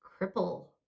cripple